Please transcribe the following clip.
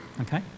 Okay